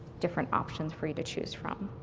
different options pore you to choose from.